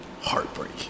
Heartbreak